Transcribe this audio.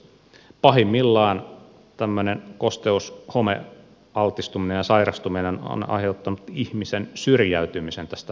pahimmillaan tämmöinen kosteus homealtistuminen ja sairastuminen on aiheuttanut ihmisen syrjäytymisen tästä yhteiskunnasta